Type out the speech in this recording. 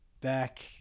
back